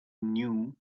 knew